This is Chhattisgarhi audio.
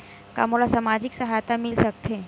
का मोला सामाजिक सहायता मिल सकथे?